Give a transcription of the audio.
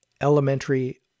Elementary